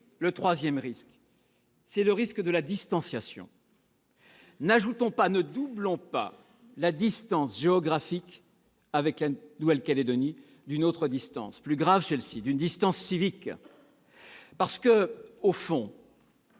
Le troisième risque est celui de la distanciation. N'ajoutons pas à la distance géographique avec la Nouvelle-Calédonie une autre distance, plus grave celle-ci : une distance civique. Au fond,